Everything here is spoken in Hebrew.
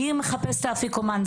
מי מחפש את האפיקומן,